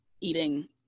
eating